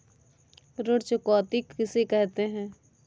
ऋण चुकौती किसे कहते हैं?